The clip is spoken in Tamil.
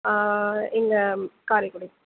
இங்கே காரைக்குடி